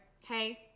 Hey